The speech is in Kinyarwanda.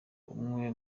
umwe